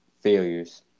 failures